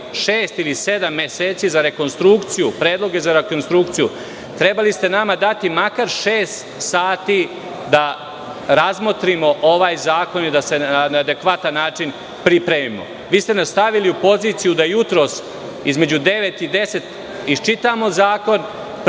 šest ili sedam meseci za rekonstrukciju, predloge za rekonstrukciju, trebali ste nama dati makar šest sati da razmotrimo ovaj zakon i da se na adekvatan način pripremimo. Stavili ste nas u poziciju da jutros između 9,00 i 10,00 iščitamo zakon,